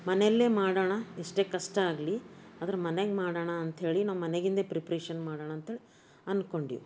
ಮನೆಯಲ್ಲೇ ಮಾಡೋಣ ಎಷ್ಟೇ ಕಷ್ಟ ಆಗಲಿ ಆದ್ರೆ ಮನೆಗೆ ಮಾಡೋಣ ಅಂಥೇಳಿ ನಾವು ಮನೆಗಿಂದೇ ಪ್ರಿಪ್ರೇಷನ್ ಮಾಡೋಣ ಅಂಥೇಳಿ ಅಂದ್ಕೊಂಡೀವಿ